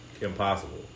Impossible